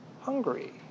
hungry